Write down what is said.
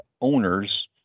owners